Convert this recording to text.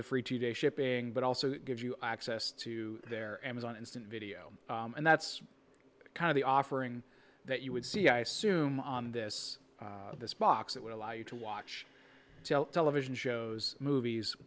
the free two day shipping but also gives you access to their amazon instant video and that's kind of the offering that you would see i assume on this this box that would allow you to watch television shows movies